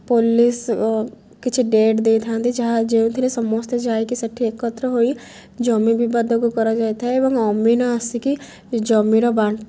police କିଛି date ଦେଇଥାନ୍ତି ଯାହା ଯେଉଁଥିରେ ସମସ୍ତେ ଯାଇକି ସେଠି ଏକତ୍ର ହୋଇ ଜମି ବିବାଦକୁ କରାଯାଇଥାଏ ଏବଂ ଅମିନ ଆସିକି ଜମିର ବାଣ୍ଟ